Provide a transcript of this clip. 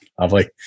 Lovely